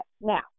Now